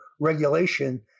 regulation